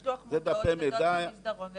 יש לוח מודעות ודפי המידע מפורסמים שם.